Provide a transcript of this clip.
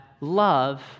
love